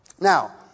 Now